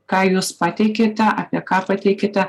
ką jūs pateikiate apie ką pateikite